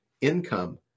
income